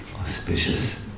auspicious